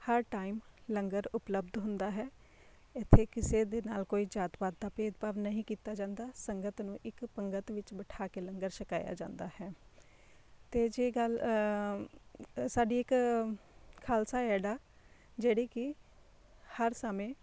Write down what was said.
ਹਰ time ਲੰਗਰ ਉਪਲਬਧ ਹੁੰਦਾ ਹੈ ਇੱਥੇ ਕਿਸੇ ਦੇ ਨਾਲ ਕੋਈ ਜਾਤ ਪਾਤ ਦਾ ਭੇਦ ਭਾਵ ਨਹੀਂ ਕੀਤਾ ਜਾਂਦਾ ਸੰਗਤ ਨੂੰ ਇੱਕ ਪੰਗਤ ਵਿੱਚ ਬਿਠਾ ਕੇ ਲੰਗਰ ਛਕਾਇਆ ਜਾਂਦਾ ਹੈ ਅਤੇ ਜੇ ਗੱਲ ਸਾਡੀ ਇੱਕ ਖਾਲਸਾ ਏਡ ਆ ਜਿਹੜੀ ਕਿ ਹਰ ਸਮੇਂ